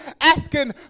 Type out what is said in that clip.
Asking